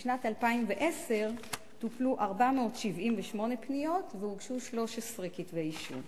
בשנת 2010 טופלו 478 פניות והוגשו 13 כתבי אישום.